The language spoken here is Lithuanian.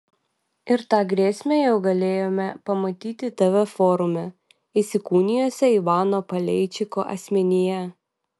ir tą grėsmę jau galėjome pamatyti tv forume įsikūnijusią ivano paleičiko asmenyje